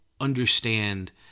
understand